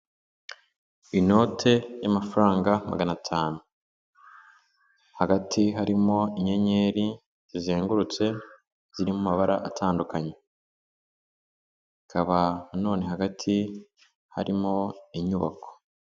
Inote y'amafaranga magana atanu, hagati harimo inyenyeri zizengurutse ziri mu mabara atandukanye, hakaba nanone hagati harimo inyubako.